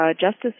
justice